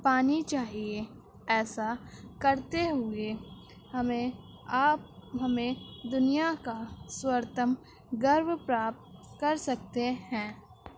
پانی چاہیے ایسا کرتے ہوئے ہمیں آپ ہمیں دنیا کا سورتم گرو پراپت کر سکتے ہیں